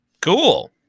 Cool